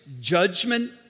judgment